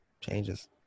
changes